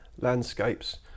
landscapes